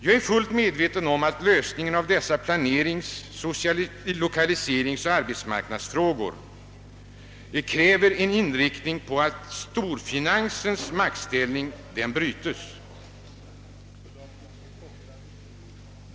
Jag är fullt medveten om att lösningen av dessa planerings-, lokaliseringsoch arbetsmarknadsfrågor kräver en inriktning på att storfinansens maktställning brytes.